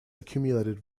accumulated